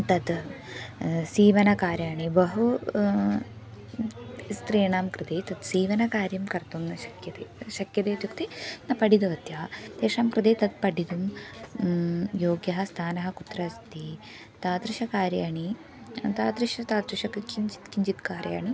तत् सीवनकर्याणि बहु स्त्रीणां कृते तत् सीवनकार्यं कर्तुं न शक्यते न शक्यते इत्युक्ते न पठितवत्यः तेषां कृते तत्पठितुं योग्यं स्थानं कुत्र अस्ति तादृशकार्याणि तादृशं तादृशं क् किञ्चित् किञ्चित् कार्याणि